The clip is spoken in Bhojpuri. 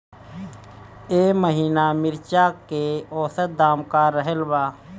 एह महीना मिर्चा के औसत दाम का रहल बा?